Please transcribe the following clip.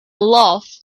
love